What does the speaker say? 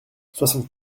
soixante